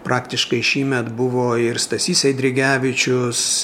praktiškai šįmet buvo ir stasys eidrigevičius